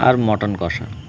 আর mutton কষা